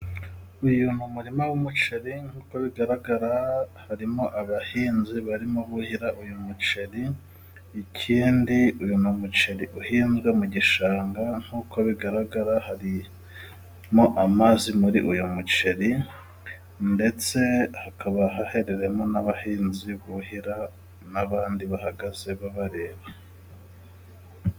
Uyu ni umurima w'umuceri, nk'uko bigaragara, harimo abahinzi barimo buhira uyu muceri .Ikindi uyu ni umuceri uhingwa mu gishanga, nk'uko bigaragara harimo amazi muri uyu muceri. Ndetse hakaba harimo n'abahinzi buhira ,n'abandi bahagaze babareba.